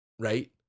right